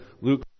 Luke